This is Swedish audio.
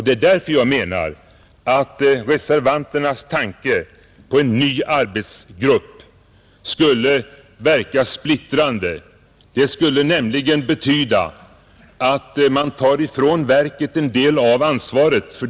Det är därför jag menar att en ny arbetsgrupp, såsom reservanterna har tänkt sig, skulle verka splittrande. Det skulle nämligen betyda att man tar ifrån verket en del av ansvaret.